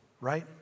right